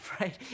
right